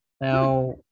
Now